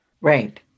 Right